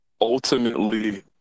Ultimately